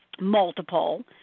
multiple